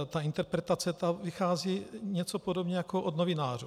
Ta interpretace vychází podobně jako od novinářů.